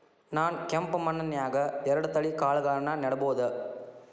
ನಾನ್ ಕೆಂಪ್ ಮಣ್ಣನ್ಯಾಗ್ ಎರಡ್ ತಳಿ ಕಾಳ್ಗಳನ್ನು ನೆಡಬೋದ?